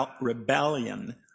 rebellion